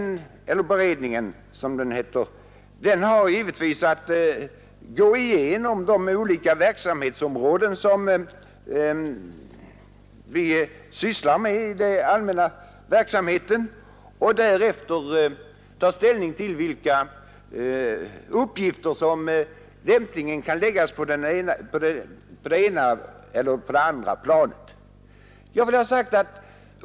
Beredningen har givetvis att gå igenom de olika områden som vi sysslar med i den allmänna verksamheten och därefter ta ställning till vilka uppgifter som lämpligen kan läggas på det ena eller det andra planet.